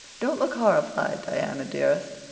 don't look horrified, diana dearest.